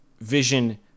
vision